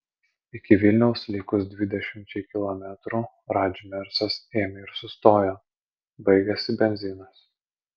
iki vilniaus likus dvidešimčiai kilometrų radži mersas ėmė ir sustojo baigėsi benzinas